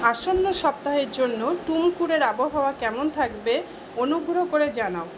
আসন্ন সপ্তাহের জন্য টুমকুরের আবহাওয়া কেমন থাকবে অনুগ্রহ করে জানাও